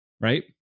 right